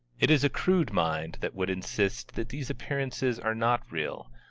it is a crude mind that would insist that these appearances are not real,